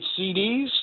CDs